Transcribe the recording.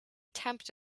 tempt